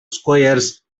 squares